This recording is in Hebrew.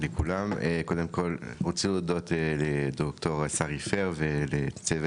קודם כל אני רוצה להודות לד"ר שרי פייר ולצוות